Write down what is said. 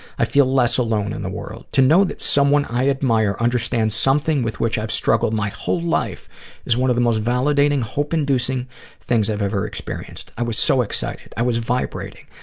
i feel less alone in the world. to know that someone i admire understands something with which i've struggled my whole life is one of the most validating, hope-inducing things i've ever experienced. i was so excited, i was vibrating.